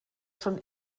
schon